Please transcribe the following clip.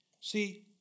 See